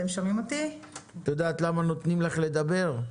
את יודעת למה נותנים לך לדבר?